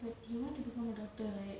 but you want to become a doctor right